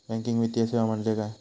Banking वित्तीय सेवा म्हणजे काय?